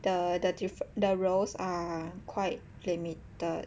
the the diff~ the roles are quite limited